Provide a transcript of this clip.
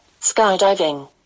skydiving